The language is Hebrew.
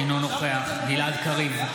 אינו נוכח גלעד קריב,